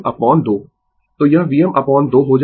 तो यह Vm upon 2 हो जाएगा